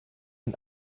ein